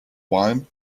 wine